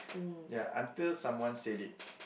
ya until someone said it